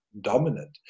dominant